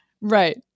Right